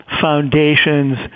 foundations